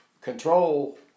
control